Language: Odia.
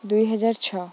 ଦୁଇହଜାର ଛଅ